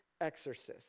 exorcist